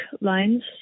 lines